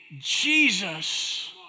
Jesus